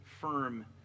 firm